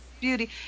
Beauty